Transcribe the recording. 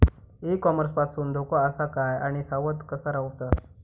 E commerce पासून धोको आसा काय आणि सावध कसा रवाचा?